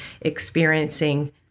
experiencing